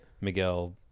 Miguel